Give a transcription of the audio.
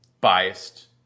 biased